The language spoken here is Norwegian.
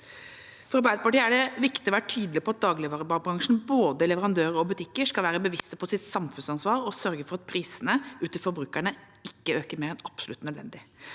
For Arbeiderpartiet er det viktig å være tydelig på at dagligvarebransjen, både leverandører og butikker, skal være bevisst på sitt samfunnsansvar og sørge for at prisene ut til forbrukerne ikke øker mer enn absolutt nødvendig.